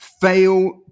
fail